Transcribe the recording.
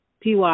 Py